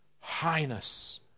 Highness